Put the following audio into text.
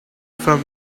from